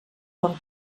com